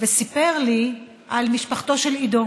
וסיפר לי על משפחתו של עידו.